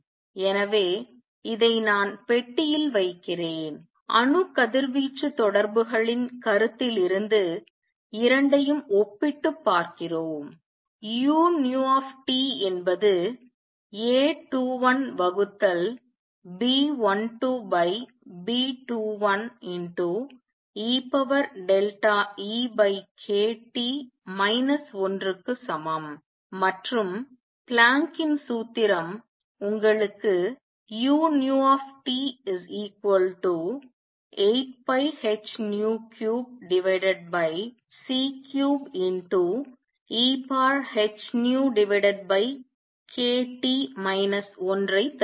எனவே இதை நான் பெட்டியில் வைக்கிறேன் அணு கதிர்வீச்சு தொடர்புகளின் கருத்தில் இருந்து இரண்டையும் ஒப்பிட்டுப் பார்க்கிறோம் u nu T என்பது A21 வகுத்தல் B12 B21 eEkT 1க்கு சமம் மற்றும் பிளாங்கின் சூத்திரம் உங்களுக்கு uT 8πh3c3ehνkT 1 தருகிறது